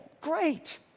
Great